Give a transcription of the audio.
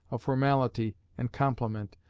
of formality and compliment,